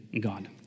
God